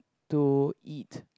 to eat